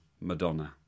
Madonna